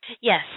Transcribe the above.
Yes